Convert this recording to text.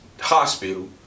hospital